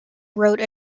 wrote